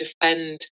defend